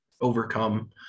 overcome